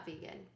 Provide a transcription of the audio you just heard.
vegan